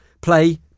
play